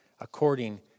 according